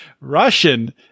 Russian